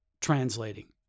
Translating